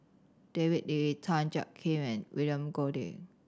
David Lee Tan Jiak Kim and William Goode